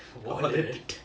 wallet